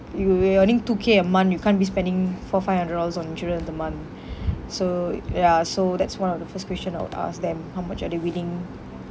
if you're you're earning two K a month you can't be spending four five hundred dollars on insurance in a month so ya so that's one of the first question I would ask them how much are they willing